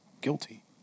guilty